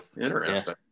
Interesting